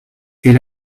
est